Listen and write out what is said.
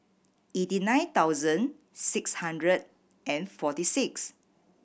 eighty nine thousand six hundred and forty six